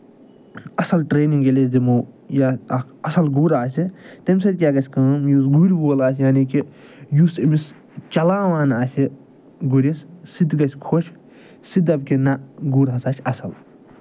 اَصٕل ٹرٛینِنٛگ ییٚلہِ أسۍ دِمو یا اکھ اَصٕل گُر آسہِ تَمہِ سۭتۍ کیٛاہ گژھِ کٲم یُس گُرۍ وول آسہِ یعنی کہِ یُس أمِس چَلاوان آسہِ گُرِس سُہ تہِ گژھِ خوش سُہ تہِ دَپہِ کہِ نَہ گُر ہسا چھِ اَصٕل